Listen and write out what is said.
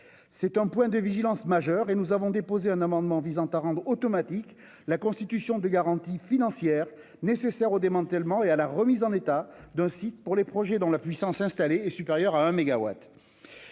d'un point de vigilance majeur ; nous avons donc déposé un amendement visant à rendre automatique la constitution des garanties financières nécessaires au démantèlement et à la remise en état d'un site pour les projets dont la limite de puissance installée est supérieure à 1